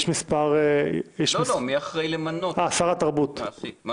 שר התרבות.